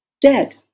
dead